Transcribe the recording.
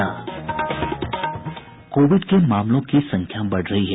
Covid के मामलों की संख्या बढ़ रही है